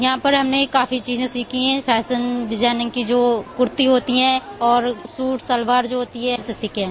यहां पर हमने काफी चीजें सीखी हैं फैशन डिजायनिंग की जो कुर्ती होती है और सूट शलवार जो होती है यह सब सीख है